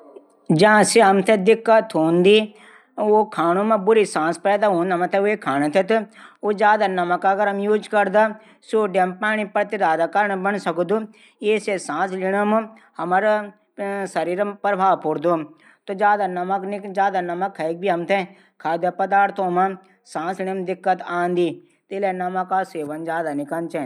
ज्यां से हमर शरीर थै दिक्कत होंदी ऊ खांडू से बुरी सांस पैदा हूंदी अगर हम ज्यादा नमक ज्यूज करदा सोडियम कमी प्रति धारा बणी सकूदू ये से सांस लीण हमर शरीर मा प्रभाव पुडुदू। ज्यादा नकम खाणू से भी हमर शरीर मां दिक्कत आंदी। इले ज्यादा नमक सही नी चा।